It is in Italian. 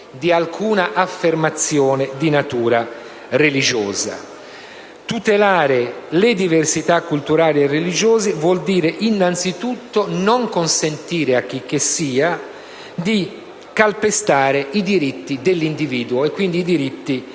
Tutelare le diversità culturali e religiose vuol dire innanzi tutto non consentire a chicchessia di calpestare i diritti dell'individuo e quindi della persona.